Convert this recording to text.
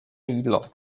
jídlo